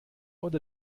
oder